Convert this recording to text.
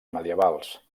medievals